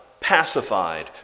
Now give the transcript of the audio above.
pacified